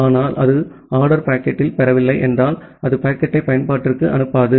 ஆனால் அது ஆர்டர் பாக்கெட்டில் பெறவில்லை என்றால் அது பாக்கெட்டை பயன்பாட்டிற்கு அனுப்பாது